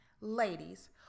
Ladies